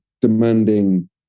demanding